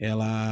Ela